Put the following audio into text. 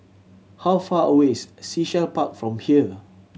how far away is Sea Shell Park from here